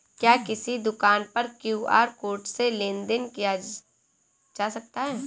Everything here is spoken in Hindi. क्या किसी दुकान पर क्यू.आर कोड से लेन देन देन किया जा सकता है?